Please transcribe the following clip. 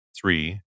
three